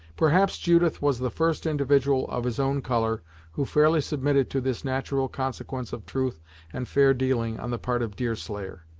perhaps judith was the first individual of his own colour who fairly submitted to this natural consequence of truth and fair-dealing on the part of deerslayer.